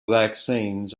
vaccines